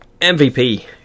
mvp